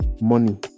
money